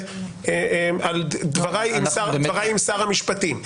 על דבריי עם שר המשפטים.